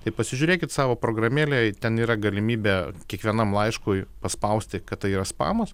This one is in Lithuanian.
tai pasižiūrėkit savo programėlėj ten yra galimybė kiekvienam laiškui paspausti kad tai yra spamas